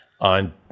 on